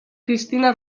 cristina